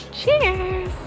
Cheers